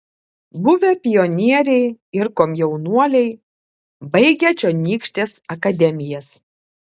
buvę pionieriai ir komjaunuoliai baigę čionykštes akademijas